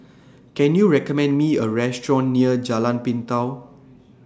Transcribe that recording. Can YOU recommend Me A Restaurant near Jalan Pintau